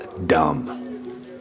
dumb